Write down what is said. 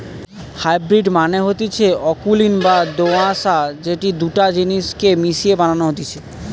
hybrid মানে হতিছে অকুলীন বা দোআঁশলা যেটি দুটা জিনিস কে মিশিয়ে বানানো হতিছে